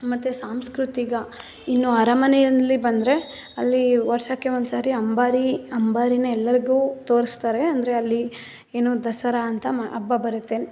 ಮತ್ತು ಸಾಂಸ್ಕೃತಿಕ ಇನ್ನು ಅರಮನೆಯಲ್ಲಿ ಬಂದರೆ ಅಲ್ಲಿ ವರ್ಷಕ್ಕೆ ಒಂದು ಸಾರಿ ಅಂಬಾರಿ ಅಂಬಾರಿನ ಎಲ್ಲರಿಗೂ ತೋರಿಸ್ತಾರೆ ಅಂದರೆ ಅಲ್ಲಿ ಏನು ದಸರಾ ಅಂತ ಮಾ ಹಬ್ಬ ಬರುತ್ತೆ